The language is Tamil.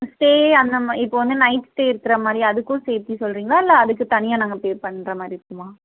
இப்பேயே அந்த மாதிரி இப்போ வந்து நைட்டு இருக்கிற மாதிரி அதுக்கும் சேர்த்து சொல்கிறிங்களா இல்லை அதுக்கு தனியாக நாங்கள் பே பண்ணுற மாதிரி இருக்குமா